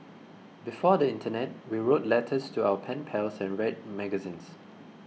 before the internet we wrote letters to our pen pals and read magazines